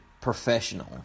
professional